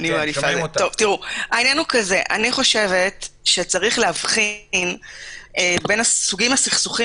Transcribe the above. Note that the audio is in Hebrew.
אני חושבת שיש להבחין בין סוגי הסכסוכים